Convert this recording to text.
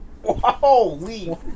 Holy